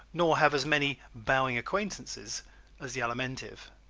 nor have as many bowing acquaintances as the alimentive.